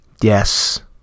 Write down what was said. Yes